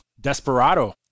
Desperado